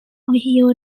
ohio